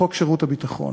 חוק שירות ביטחון.